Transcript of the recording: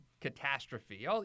catastrophe